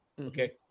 okay